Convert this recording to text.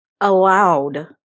allowed